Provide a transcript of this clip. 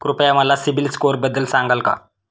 कृपया मला सीबील स्कोअरबद्दल सांगाल का?